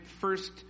first